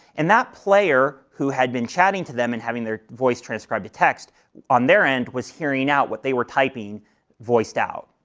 and that player who had been chatting to them and having their voice transcribed to text on their end was hearing out what they were typing voiced out.